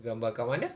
gambar kat mana